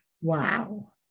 Wow